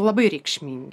labai reikšmingi